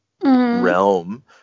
realm